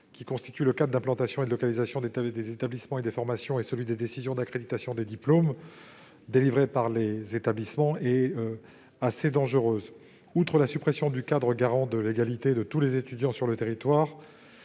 qui constitue le cadre d'implantation et de localisation des établissements et des formations et celui des décisions d'accréditation des diplômes délivrés par les établissements, est assez dangereuse. Outre la suppression du cadre, garant de l'égalité de tous les étudiants sur le territoire,